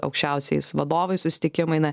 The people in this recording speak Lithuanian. aukščiausiais vadovais susitikimai na